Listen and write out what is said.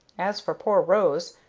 as for poor rose,